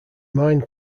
mine